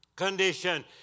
Condition